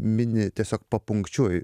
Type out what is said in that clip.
mini tiesiog papunkčiui